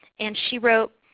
and she wrote,